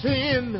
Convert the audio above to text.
Sin